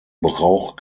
brauch